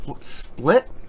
Split